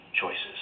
choices